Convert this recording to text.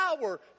power